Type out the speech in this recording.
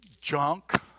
junk